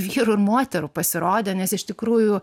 vyrų ir moterų pasirodė nes iš tikrųjų